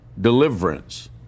deliverance